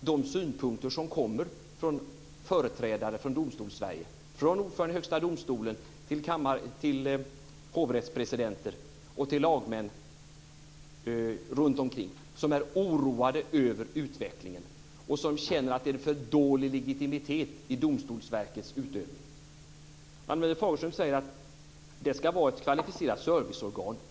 de synpunkter som kommer från företrädare för Domstols-Sverige, från ordföranden i Högsta domstolen till hovrättspresidenter och till lagmän runtomkring som är oroade över utvecklingen och som känner att det är en för dålig legitimitet i Domstolsverkets utövning? Ann-Marie Fagerström säger att det ska vara ett kvalificerat serviceorgan.